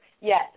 yes